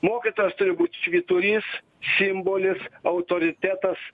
mokytojas turi būt švyturys simbolis autoritetas